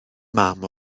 mam